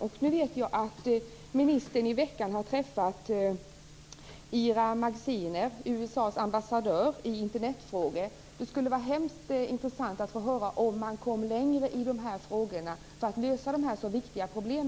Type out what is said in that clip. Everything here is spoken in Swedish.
Jag vet att ministern i veckan har träffat USA:s ambassadör i Internetfrågor, Ira Magaziner. Det vore intressant att få höra om man kom längre med att lösa dessa för Sveriges del så viktiga problem.